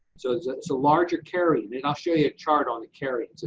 so so larger carryin, and i'll show you a chart on the carryin.